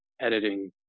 editing